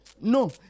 No